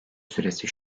süresi